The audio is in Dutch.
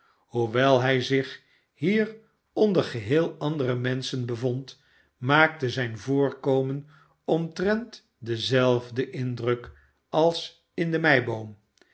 hoewel hij zich hier onder geheel andere menschen bevond maakte zijn voorkomen omtrent denzelfden mdruk als in de meiboom